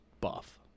buff